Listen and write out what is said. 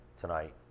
tonight